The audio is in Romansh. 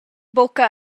buca